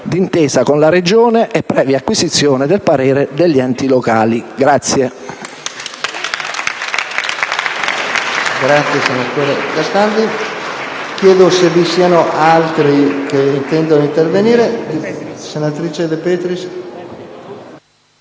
d'intesa con la Regione e previa acquisizione del parere degli enti locali.